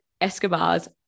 Escobar's